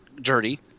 dirty